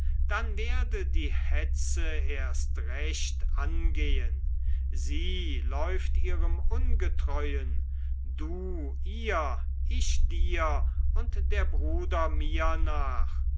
dann werde die hetze erst recht angehen sie läuft ihrem ungetreuen du ihr ich dir und der bruder mir nach